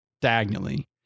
diagonally